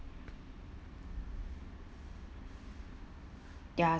ya